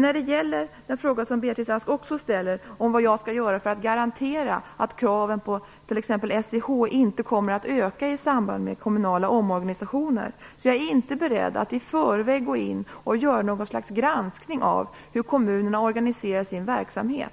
När det gäller den fråga som Beatrice Ask ställde om vad jag skall göra för att garantera att kraven på t.ex. SCH inte kommer att öka i samband i kommunala omorganisationer är jag inte beredd att i förväg gå in och göra någon slags granskning av hur kommunerna organiserar sin verksamhet.